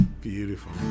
Beautiful